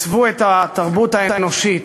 עיצבו את התרבות האנושית